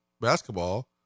basketball